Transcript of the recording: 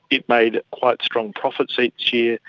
it made quite strong profits each year,